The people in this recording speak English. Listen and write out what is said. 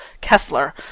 Kessler